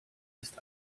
ist